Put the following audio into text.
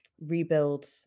rebuild